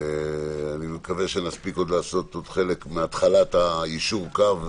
ונקווה שנספיק לעשות חלק מהתחלת יישור הקו,